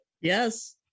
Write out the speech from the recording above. Yes